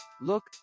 look